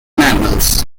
mammals